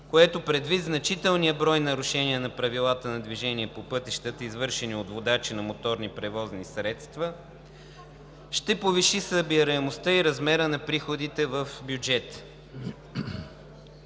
което, предвид значителния брой нарушения на правилата за движение по пътищата, извършени от водачи на моторни превозни средства, ще повиши събираемостта и размера на приходите в бюджета.